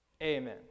Amen